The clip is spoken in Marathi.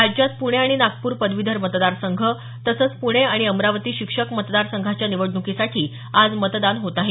राज्यात पुणे आणि नागपूर पदवीधर मतदार संघ तसंच पुणे आणि अमरावती शिक्षक मतदार संघाच्या निवडणुकीसाठी आज मतदान होत आहे